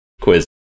Quiz